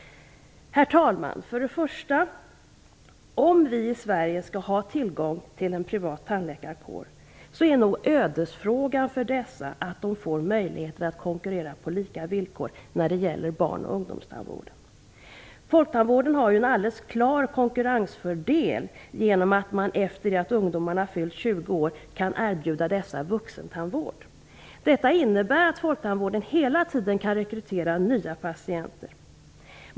För det första: Om vi i Sverige skall ha tillgång till en privattandläkarkår är en ödesfråga för dessa tandläkare att de får möjlighet att konkurrera på lika villkor när det gäller barn ungdomstandvården. Folktandvården har en alldeles klar konkurrensfördel genom att den efter det att ungdomarna fyllt 20 år kan erbjuda dessa vuxentandvård. Det innebär att folktandvården hela tiden kan rekrytera nya patienter.